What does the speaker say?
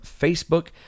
Facebook